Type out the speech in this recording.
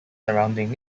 surrounding